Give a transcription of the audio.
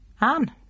Anne